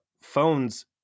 phones